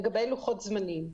לגבי לוחות זמנים.